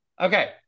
Okay